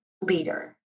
leader